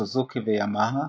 סוזוקי וימאהה